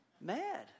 Mad